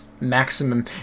maximum